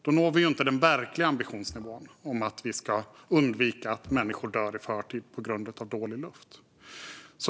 Då når vi ju inte den verkliga ambitionsnivån: att undvika att människor dör i förtid på grund av dålig luft.